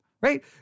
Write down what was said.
right